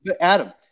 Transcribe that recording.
Adam